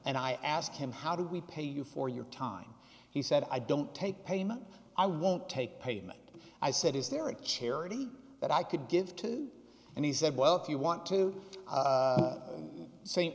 and i asked him how do we pay you for your time he said i don't take payment i won't take payment i said is there a charity that i could give to and he said well if you want to